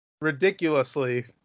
ridiculously